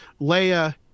leia